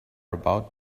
about